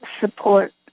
support